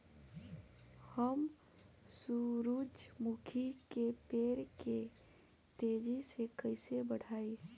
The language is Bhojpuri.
हम सुरुजमुखी के पेड़ के तेजी से कईसे बढ़ाई?